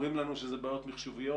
אומרים לנו שזה בעיות מחשוביות,